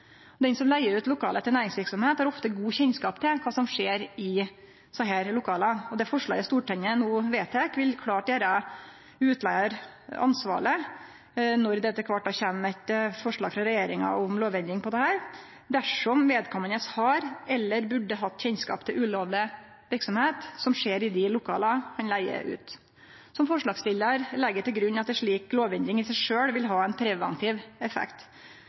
biletet. Den som leiger ut lokale til næringsverksemd, har ofte god kjennskap til kva som skjer i desse lokala. Det forslaget Stortinget no vedtek, vil klart gjere utleigaren ansvarleg når det etter kvart kjem eit forslag frå regjeringa om lovendring her, dersom vedkomande har eller burde hatt kjennskap til ulovleg verksemd som skjer i dei lokala han leiger ut. Som forslagsstillar legg eg til grunn at ei slik lovendring i seg sjølv vil ha ein preventiv effekt.